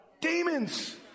demons